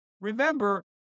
Remember